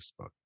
Facebook